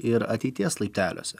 ir ateities laipteliuose